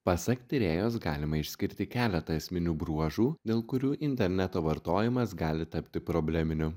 pasak tyrėjos galima išskirti keletą esminių bruožų dėl kurių interneto vartojimas gali tapti probleminiu